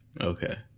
Okay